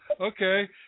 okay